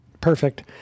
perfect